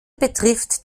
betrifft